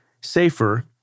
safer